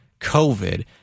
COVID